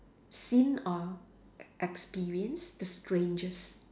seen or experienced the strangest